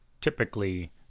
typically